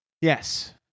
Yes